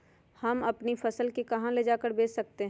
हम अपनी फसल को कहां ले जाकर बेच सकते हैं?